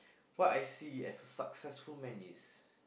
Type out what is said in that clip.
what I see as a successful man is